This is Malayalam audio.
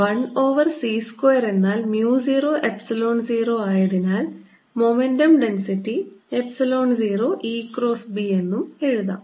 1 ഓവർ c സ്ക്വയർ എന്നാൽ mu 0 എപ്സിലോൺ 0 ആയതിനാൽ momentum density epsilon 0 E cross B എന്നും എഴുതാം